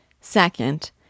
Second